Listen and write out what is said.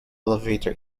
elevator